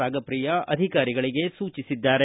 ರಾಗಪ್ರಿಯಾ ಅಧಿಕಾರಿಗಳಿಗೆ ಸೂಚಿಸಿದ್ದಾರೆ